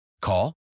Call